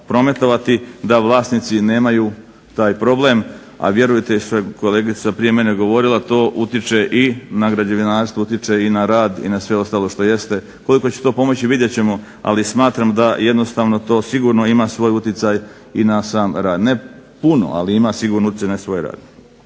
da vlasnici nemaju taj problem, a vjerujte što je kolegica prije mene govorila to utječe i na građevinarstvo, utječe i na rad i na sve ostalo što jeste. Koliko će to pomoći vidjet ćemo, ali smatram da jednostavno to sigurno ima svoj uticaj i na sam rad. Ne puno ali ima sigurno uticaj na svoj rad.